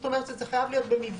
זאת אומרת, שזה חייב להיות במבנה.